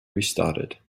restarted